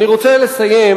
אני רוצה לסיים,